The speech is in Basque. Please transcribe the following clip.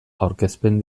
aurkezpen